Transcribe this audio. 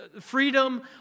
freedom